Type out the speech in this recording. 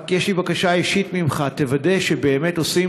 רק יש לי בקשה אישית ממך: תוודא שבאמת עושים